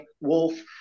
Wolf